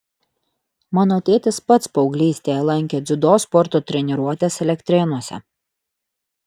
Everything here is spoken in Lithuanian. mano tėtis pats paauglystėje lankė dziudo sporto treniruotes elektrėnuose